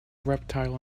reptile